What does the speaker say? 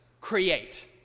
create